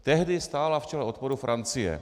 Tehdy stála v čele odporu Francie.